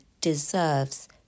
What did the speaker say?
deserves